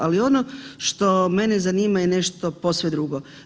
Ali ono što mene zanima je nešto posve drugo.